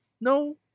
No